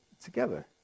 together